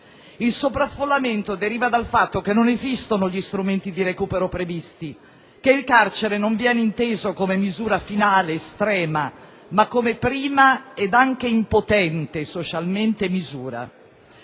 il sovraffollamento deriva dal fatto che non esistono gli strumenti di recupero previsti, che il carcere non viene inteso come misura finale, estrema, ma come prima, e anche impotente socialmente, misura.